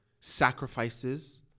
sacrifices